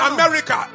America